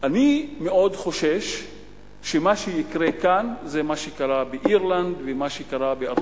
אני מאוד חושש שמה שיקרה כאן זה מה שקרה באירלנד ומה שקרה בארצות-הברית,